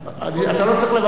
אתה לא צריך לוותר.